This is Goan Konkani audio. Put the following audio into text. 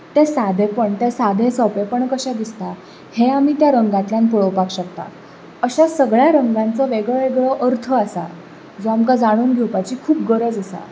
तें सादेंपण तें सादें सोंपेंपण कशें दिसता हें आमी त्या रंगांतल्यान पळोवपाक शकतात अशा सगळ्यां रंगाचो वेगळो वेगळो अर्थ आसा जो आमकां जाणून घेवपाची खूब गरज आसा